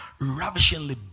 ravishingly